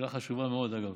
שאלה חשובה מאוד, דרך אגב.